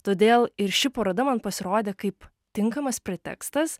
todėl ir ši paroda man pasirodė kaip tinkamas pretekstas